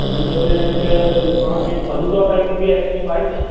मूं चयो पिए हिते पाण खे फलूदा टाईप बि आईसक्रीम आहे छा